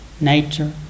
nature